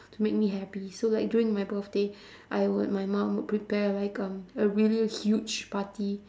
to make me happy so like during my birthday I would my mum would prepare like um a really huge party